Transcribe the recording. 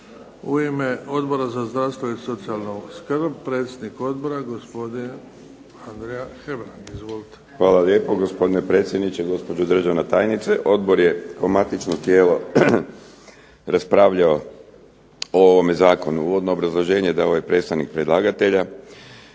U ime Odbora za zdravstvo i socijalnu skrb, predsjednik odbora gospodin Andrija Hebrang. **Hebrang, Andrija (HDZ)** Hvala lijepa gospodine predsjedniče, gospođo državna tajnice. Odbor je kao matično tijelo raspravljao o ovom Zakonu. Uvodno obrazloženje dao je predstavnik predlagatelja